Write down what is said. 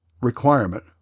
requirement